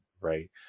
right